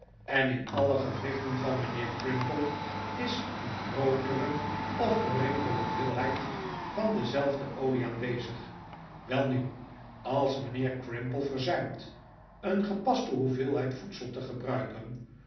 en in alle gewrichten van mijnheer crimple is een grootere of geringere hoeveelheid van dezelfde stof aanwezig welnu als mijnheer crimple verzuimt een gepaste hoeveelheid voedsel te gebruiken